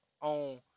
on